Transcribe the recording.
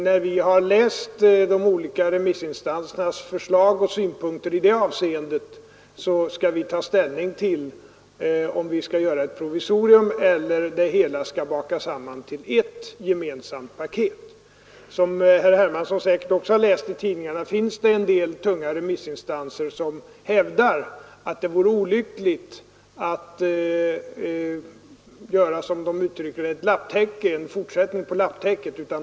När vi har läst de olika remissinstansernas förslag till synpunkter i det avseendet, skall vi ta ställning till om vi skall göra ett provisorium eller om det hela skall slås ihop till ett gemensamt paket. Som herr Hermansson säkerligen också läst i tidningarna hävdar en del tunga remissinstanser att det vore olyckligt att vi, som de uttrycker det, bara får en fortsättning på det lapptäcke som bostadspolitiken utgör.